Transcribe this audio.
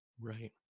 Right